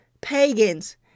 pagans